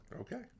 Okay